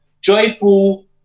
joyful